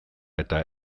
eta